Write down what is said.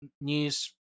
news